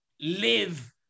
live